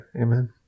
amen